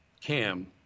cam